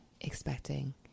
expecting